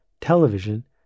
television